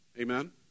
Amen